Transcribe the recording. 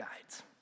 guides